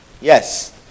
Yes